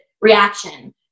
reaction